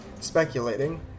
Speculating